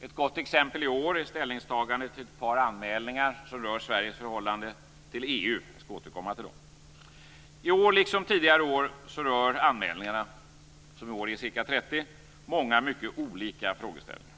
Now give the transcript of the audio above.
Ett gott exempel i år är ställningstagandet till ett par anmälningar som rör Sveriges förhållande till EU. Jag skall återkomma till dem. I år liksom tidigare år rör anmälningarna, som i år är ca 30 stycken, många mycket olika frågeställningar.